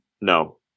No